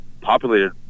populated